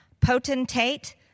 potentate